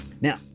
Now